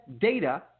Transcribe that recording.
data